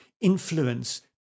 influence